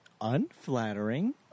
unflattering